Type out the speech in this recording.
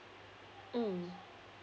mm